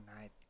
night